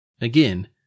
Again